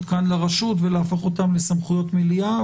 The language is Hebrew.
כאן לרשות ולהפוך אותם לסמכויות מליאה.